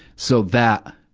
so that